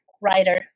writer